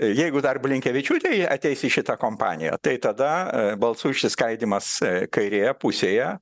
jeigu dar blinkevičiūtė ji ateis į šitą kompaniją tai tada balsų išsiskaidymas kairėje pusėje